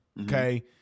okay